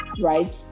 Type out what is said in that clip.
right